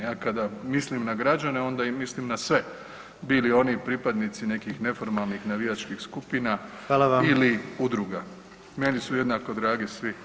Ja kada mislim na građane onda i mislim na sve, bili oni pripadnici nekih neformalnih navijačkih skupina ili udruge, meni su jednako dragi svi.